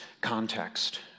context